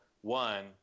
one